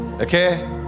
Okay